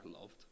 loved